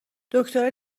دکتره